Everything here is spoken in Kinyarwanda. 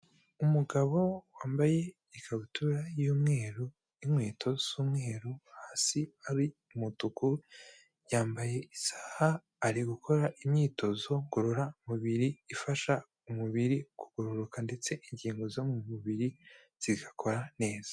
Umugabo wambaye ikabutura y'umweru n'inkweto z'umweru, hasi ari umutuku, yambaye isaha ari gukora imyitozo ngororamubiri ifasha umubiri kugororoka ndetse ingingo zo mu mubiri zigakora neza.